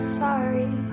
sorry